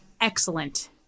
excellent